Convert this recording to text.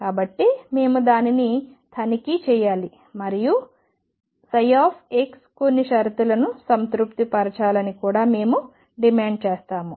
కాబట్టి మేము దానిని తనిఖీ చేయాలి మరియు ψ కొన్ని షరతులను సంతృప్తిపరచాలని కూడా మేము డిమాండ్ చేస్తాము